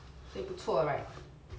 所以不错 right